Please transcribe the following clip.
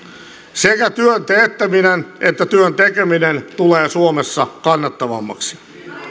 sekä työn teettäminen että työn tekeminen tulee suomessa kannattavammaksi